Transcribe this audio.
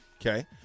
okay